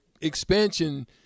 expansion